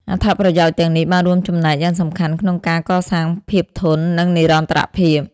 អត្ថប្រយោជន៍ទាំងនេះបានរួមចំណែកយ៉ាងសំខាន់ក្នុងការកសាងភាពធន់ និងនិរន្តរភាព។